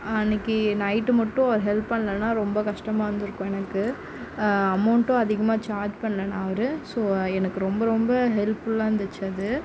அன்னிக்கி நைட்டு மட்டும் ஹெல்ப் பண்ணலைன்னா ரொம்ப கஷ்டமாக இருந்திருக்கும் எனக்கு அமௌண்ட்டும் அதிகமாக சார்ஜ் பண்ணலைணா அவர் ஸோ எனக்கு ரொம்ப ரொம்ப ஹெல்ப்ஃபுல்லாக இருந்துச்சு அது